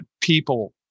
people